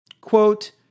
Quote